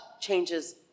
changes